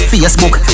Facebook